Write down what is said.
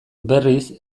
berriz